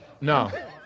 No